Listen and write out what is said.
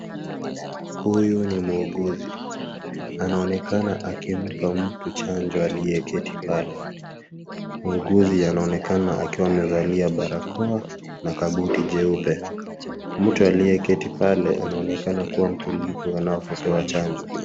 Huyu ni muuguzi, anaonekana akimpa mtu chanjo aliyeketi pale. Muuguzi anaonekana akiwa amevalia barakoa na kabuti jeupe. Mtu aliyeketi pale anaonekana kuwa mtulivu anapopewa chanjo.